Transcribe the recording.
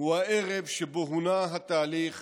הוא הערב שבו הונע התהליך